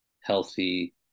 healthy